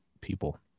people